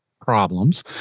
problems